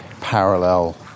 parallel